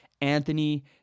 Anthony